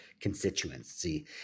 constituency